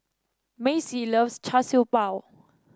Maci loves Char Siew Bao